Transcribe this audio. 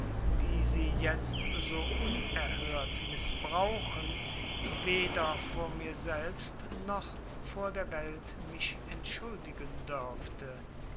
die sie jetzt so unerhört mißbrauchen weder vor mir selbst noch vor der welt mich entschuldigen dörfte